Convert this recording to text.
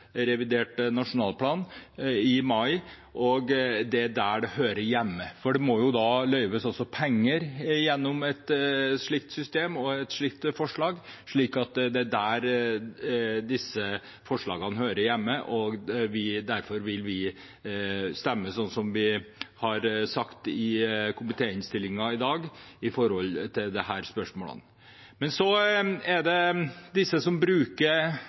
revidert nasjonalbudsjett i mai. Det er der dette hører hjemme. Det må jo løyves penger gjennom et slikt system, så det er der disse forslagene hører hjemme. Derfor vil vi stemme som vi har sagt i komitéinnstillingen i dag, i disse spørsmålene. Så er det dem som bruker disse tilbudene veldig mye, og det er kanskje dem det